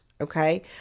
okay